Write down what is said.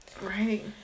Right